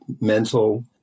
mental